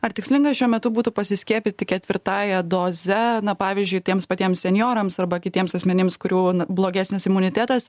ar tikslinga šiuo metu būtų pasiskiepyti ketvirtąja doze na pavyzdžiui tiems patiems senjorams arba kitiems asmenims kurių blogesnis imunitetas